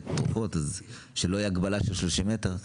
תרופות, אז שלא תהיה הגבלה של 30 מטרים,